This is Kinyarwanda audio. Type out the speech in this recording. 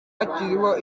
hakiriho